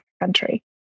country